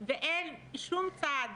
ואין שום סעד